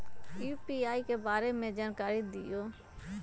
UPI के बारे में जानकारी दियौ?